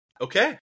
Okay